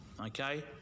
okay